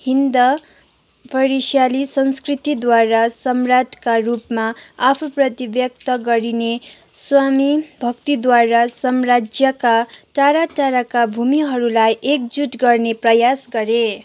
हिन्द पर्सियाली संस्कृतिद्वारा सम्राट्का रूपमा आफूप्रति व्यक्त गरिने स्वामीभक्तिद्वारा साम्राज्यका टाढाटाढाका भूमिहरूलाई एकजुट गर्ने प्रयास गरे